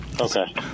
Okay